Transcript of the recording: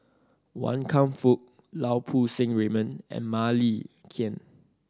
Wan Kam Fook Lau Poo Seng Raymond and Mah Li